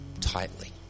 tightly